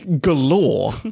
galore